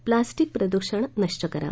plastic प्रदुषण नष्ट करा